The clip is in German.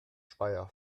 speyer